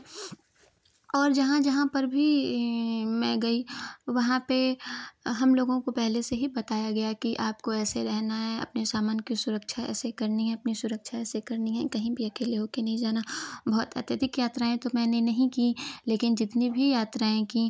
और जहाँ जहाँ पर भी में गई वहाँ पर हम लोगों को पहले से ही बताया गया की आपको ऐसे रहना है अपने सामान की सुरक्षा ऐसे करनी है अपनी सुरक्षा ऐसे करनी है कहीं भी अकेले होकर नहीं जाना बहुत अत्यधिक यात्राएँ तो मैंने नहीं कीं लेकिन जितनी भी यात्राएँ कीं